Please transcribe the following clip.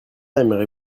aimerez